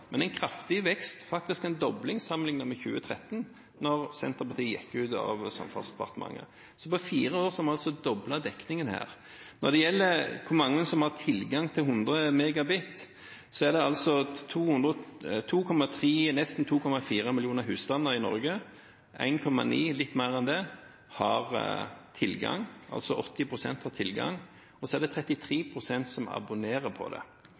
men en kraftig vekst, faktisk en dobling sammenlignet med 2013, da Senterpartiet gikk ut av Samferdselsdepartementet. På fire år har vi altså doblet dekningen her. Når det gjelder hvor mange som har tilgang til 100 MB: Det er nesten 2,4 millioner husstander i Norge. 1,9 millioner husstander, litt mer enn det – altså 80 pst. – har tilgang. Det er 33 pst. som abonnerer på det,